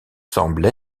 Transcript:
semble